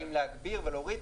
האם להגביר או להוריד.